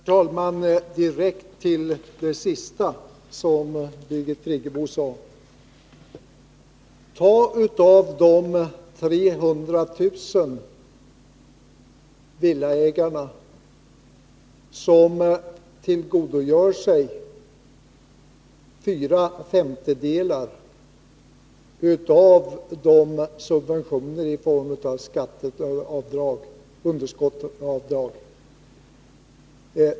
Herr talman! Jag skall svara direkt på vad Birgit Friggebo sade sist i sitt anförande. 300 000 eller en femtedel av villaägarna tillgodogör sig fyra femtedelar av de subventioner som delas ut i form av skatteavdrag och underskottsavdrag.